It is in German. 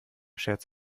schert